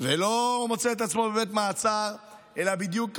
והוא לא מוצא את עצמו בבית מעצר, אלא בדיוק הפוך.